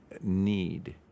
need